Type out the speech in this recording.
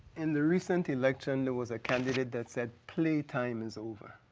and the recent election there was a candidate that said play time is over.